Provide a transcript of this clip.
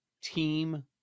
team